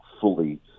fully